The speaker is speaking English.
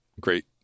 great